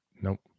Nope